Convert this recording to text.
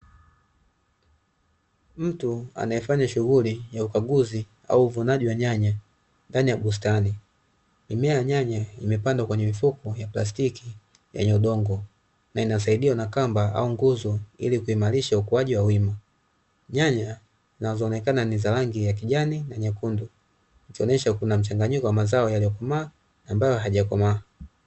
Mtu anayefanya shughuli ya ukaguzi au uvunaji wa nyanya ndani ya bustani. Mimea ya nyanya imepandwa kwenye mifuko ya plastiki yenye udongo, na inasaidiwa na kamba au nguzo, ili kuimarisha ukuaji wa wima. Nyanya zinazoonekana ni zarangi ya kijani na nyekundu, ikionyesha kuna mchanganyiko wa mazao yaliyokomaa, na ambayo hayajakomaa.